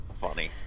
Funny